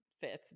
fits